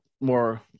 more